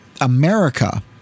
America